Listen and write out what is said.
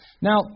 Now